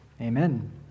amen